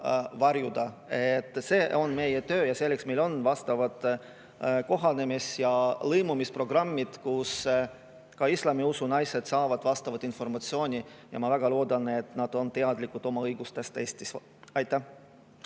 See on meie töö ja selleks meil on vastavad kohanemis- ja lõimumisprogrammid, kus ka islami usu naised saavad vastavat informatsiooni. Ma väga loodan, et nad on teadlikud oma õigustest Eestis. Henn